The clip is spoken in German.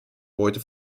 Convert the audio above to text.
beute